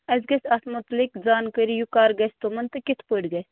اَسہِ گژھِ اتھ مُتعلق زَانکٲری یہِ کَر گژھِ تِمن تہٕ کِتھٕ پٲٹھۍ گژھِ